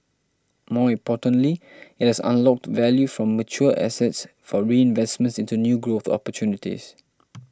more importantly it has unlocked value from mature assets for reinvestment into new growth opportunities